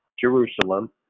Jerusalem